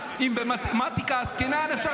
מכיוון שבמתמטיקה עסקינן --- משפט לסיום.